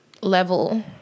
level